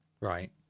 Right